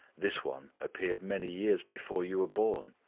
this one appeared many years before you were born.